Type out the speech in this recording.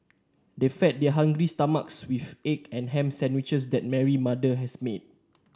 they fed their hungry stomachs with egg and ham sandwiches that Mary mother has made